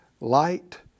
Light